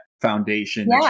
foundation